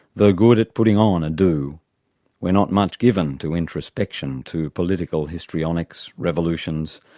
though good at putting on a do we're not much given to introspection, to political histrionics, revolutions,